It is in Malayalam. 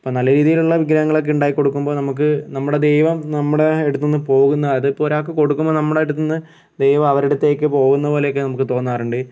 അപ്പം നല്ല രീതിയിലുള്ള വിഗ്രഹങ്ങളൊക്കെ ഉണ്ടാക്കി കൊടുക്കുമ്പോൾ നമുക്ക് നമ്മുടെ ദൈവം നമ്മുടെ അടുത്തുന്ന് പോകുന്ന അത് ഇപ്പോൾ ഒരാൾക്ക് കൊടുക്കുമ്പോൾ നമ്മുടെ അടുത്ത്ന്ന് ദൈവം അവരടുത്തേക്ക് പോകുന്ന പോലെയൊക്കെ നമുക്ക് തോന്നാറുണ്ട്